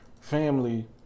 family